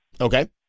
Okay